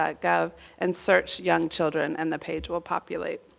ah gov and search young children, and the page will populate.